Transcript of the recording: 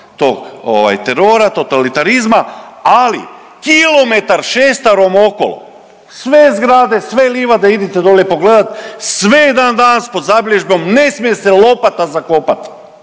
tog terora, totalitarizma, ali kilometar šestarom okolo sve zgrade, sve livade idite dole pogledati sve je dan danas pod zabilježbom. Ne smije se lopata zakopati